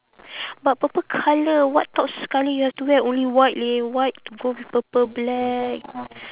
but purple colour what top sekali you have to wear only white leh white go with purple black